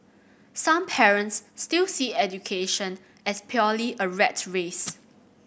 some parents still see education as purely a rat race